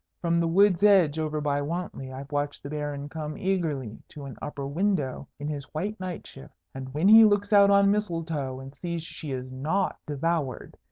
from the wood's edge over by wantley i've watched the baron come eagerly to an upper window in his white night-shift. and when he looks out on mistletoe and sees she is not devoured,